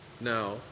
now